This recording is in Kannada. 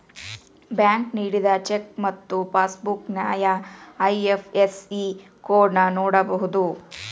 ಬ್ಯಾಂಕ್ ನೇಡಿದ ಚೆಕ್ ಮತ್ತ ಪಾಸ್ಬುಕ್ ನ್ಯಾಯ ಐ.ಎಫ್.ಎಸ್.ಸಿ ಕೋಡ್ನ ನೋಡಬೋದು